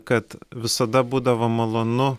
kad visada būdavo malonu